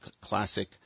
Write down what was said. classic